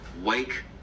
Wake